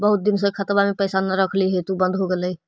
बहुत दिन से खतबा में पैसा न रखली हेतू बन्द हो गेलैय?